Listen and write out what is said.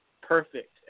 perfect